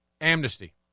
Amnesty